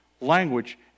language